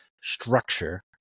structure